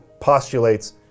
postulates